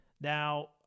Now